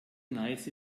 neiße